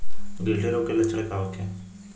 गिल्टी रोग के लक्षण का होखे?